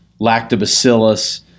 lactobacillus